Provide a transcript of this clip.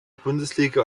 bundesliga